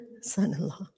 son-in-law